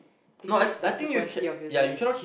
decrease the frequency of using it